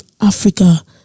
Africa